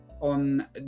on